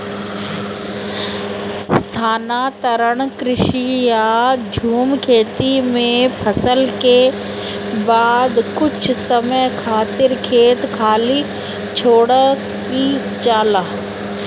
स्थानांतरण कृषि या झूम खेती में फसल के बाद कुछ समय खातिर खेत खाली छोड़ल जाला